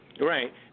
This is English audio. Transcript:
Right